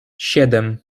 siedem